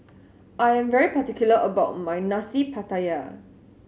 I am very particular about my Nasi Pattaya